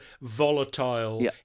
volatile